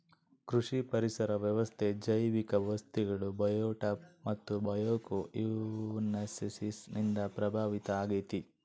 ಕೃಷಿ ಪರಿಸರ ವ್ಯವಸ್ಥೆ ಜೈವಿಕ ವಸ್ತುಗಳು ಬಯೋಟೋಪ್ ಮತ್ತು ಬಯೋಕೊಯನೋಸಿಸ್ ನಿಂದ ಪ್ರಭಾವಿತ ಆಗೈತೆ